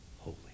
holy